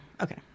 Okay